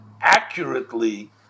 accurately